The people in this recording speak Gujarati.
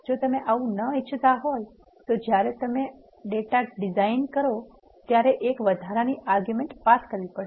જો તમે આવુ ના ઇચ્છતા હોય તો જ્યારે તમે ડેટા ડિફાઇન કરતા હોવ ત્યારે એક વધારાની આર્ગ્યુમેન્ટ પાસ કરવી પડશે